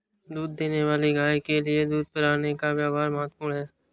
दूध देने वाली गाय के लिए दूध पिलाने का व्यव्हार महत्वपूर्ण है